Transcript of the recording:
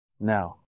Now